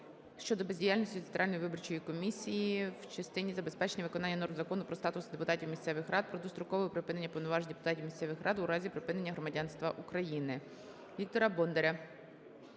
щодо бездіяльності Центральної виборчої комісії в частині забезпечення виконання норм Закону "Про статус депутатів місцевих рад" про дострокове припинення повноважень депутатів місцевих ради у разі припинення громадянства України.